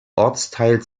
ortsteil